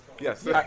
Yes